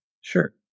Sure